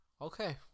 Okay